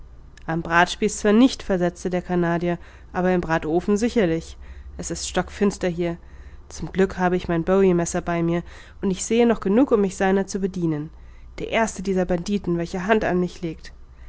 am bratspieß zwar nicht versetzte der canadier aber im bratofen sicherlich es ist stockfinster hier zum glück hab ich mein bowie messer bei mir und ich sehe noch genug um mich seiner zu bedienen der erste dieser banditen welcher hand an mich legt